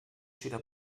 serà